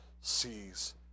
sees